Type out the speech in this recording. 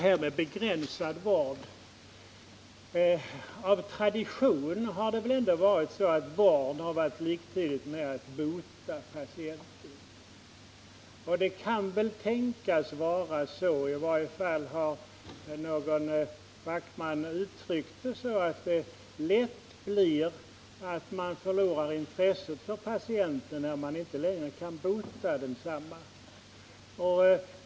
Herr talman! Av tradition har det ändå varit så att detta med vård har varit liktydigt med att bota patienter. Det kan väl tänkas — i varje fall har någon uttryckt det så — att man lätt tappar intresset för patienten, när man inte längre kan bota densamma.